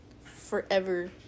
forever